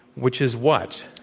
which is what?